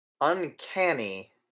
uncanny